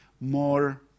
more